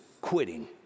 quitting